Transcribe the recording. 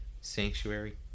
Sanctuary